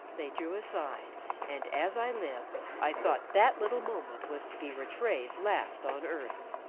they drew aside and, as i live, i thought that little moment was to be rattray's last on earth.